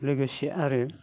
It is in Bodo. लोगोसे आरो